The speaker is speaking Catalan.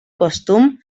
costum